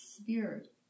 Spirit